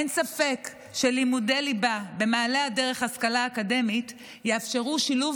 אין ספק שלימודי ליבה במעלה הדרך להשכלה אקדמית יאפשרו שילוב